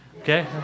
Okay